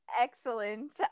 excellent